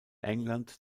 england